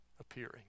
appearing